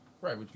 right